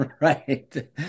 right